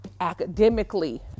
academically